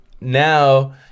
Now